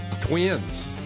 Twins